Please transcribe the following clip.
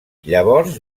llavors